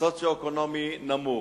סוציו-אקונומי נמוך.